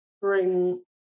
bring